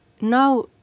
now